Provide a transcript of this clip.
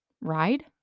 Ride